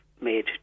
made